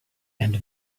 and